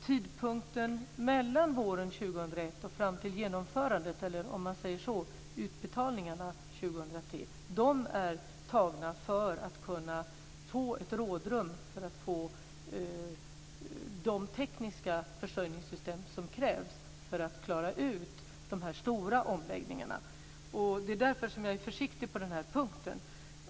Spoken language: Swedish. Tidpunkten mellan våren 2001 och fram till genomförandet eller utbetalningarna 2003 har satts upp för att man ska få ett rådrum för att få de tekniska försörjningssystem som krävs för att klara ut dessa stora omläggningar. Och det är därför som jag är försiktig på denna punkt.